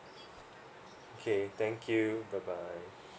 okay thank you bye bye